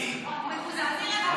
(קוראת בשמות חברי הכנסת)